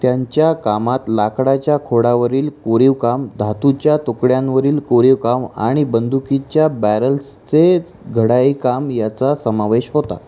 त्यांच्या कामात लाकडाच्या खोडावरील कोरीवकाम धातूच्या तुकड्यांवरील कोरीवकाम आणि बंदुकीच्या बॅरल्सचे घडाई काम याचा समावेश होता